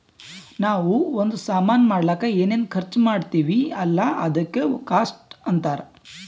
ನಾವೂ ಒಂದ್ ಸಾಮಾನ್ ಮಾಡ್ಲಕ್ ಏನೇನ್ ಖರ್ಚಾ ಮಾಡ್ತಿವಿ ಅಲ್ಲ ಅದುಕ್ಕ ಕಾಸ್ಟ್ ಅಂತಾರ್